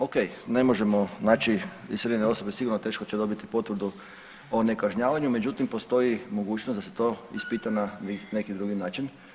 Ok, ne možemo znači iseljene osobe sigurno teško će dobiti potvrdu o nekažnjavanju međutim postoji mogućnost da se to ispita na neki drugi način.